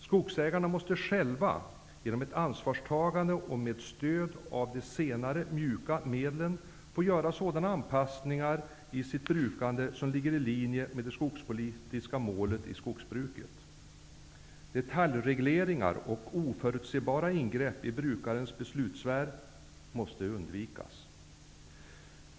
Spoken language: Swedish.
Skogsägarna måste själva genom ett ansvarstagande och med stöd av de nämnda mjuka medlen få göra sådana anpassningar i sitt brukande som ligger i linje med det skogspolitiska målet i skogsbruket. Detaljregleringar och oförutsebara ingrepp i brukarens beslutssfär måste undvikas.